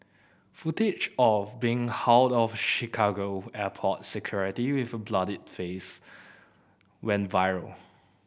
footage of being hauled off Chicago airport security with a bloodied face went viral